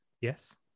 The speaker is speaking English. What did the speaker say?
Yes